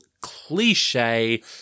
cliche